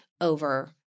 over